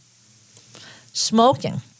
Smoking